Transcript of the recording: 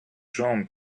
jambes